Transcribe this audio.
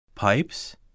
PIPES